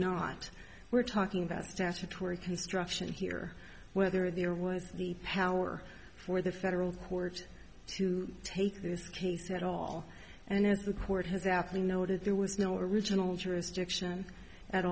not we're talking about statutory construction here whether there was the power for the federal courts to take this case at all and the court has actually know that there was no original jurisdiction at